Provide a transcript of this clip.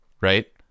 Right